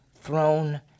throne